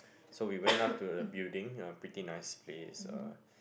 so we went up to the building yea pretty nice place uh